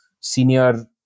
senior